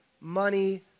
money